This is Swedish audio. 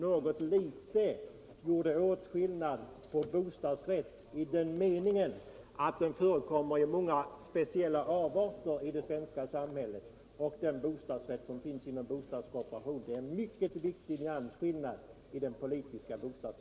Låt mig bara i korthet betona för Oskar Lindkvist att det utredningsarbete vi åsyftar inte är begränsat till något upplysningsarbete om Riksbyggen och HSB. En viktig delav detta utredningsarbete är att värdera de möjligheter bostadsrättsboendet ger och inte minst att pröva vilken roll bostadsrättsboendet kan spela i den framtida bostadspolitiken. den det ej vill röstar nej. den det ej vill röstar nej. 120 den det ej vill röstar nej. den det ej vill röstar nej.